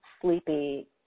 sleepy